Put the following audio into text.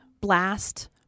blast